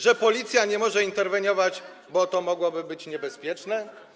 Że policja nie może interweniować, bo to mogłoby być niebezpieczne?